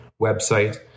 website